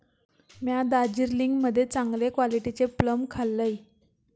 म्या दार्जिलिंग मध्ये चांगले क्वालिटीचे प्लम खाल्लंय